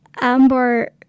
Amber